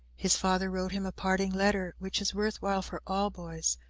his father wrote him a parting letter, which is worth while for all boys,